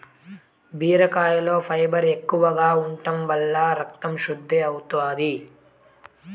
బీరకాయలో ఫైబర్ ఎక్కువగా ఉంటం వల్ల రకతం శుద్ది అవుతాది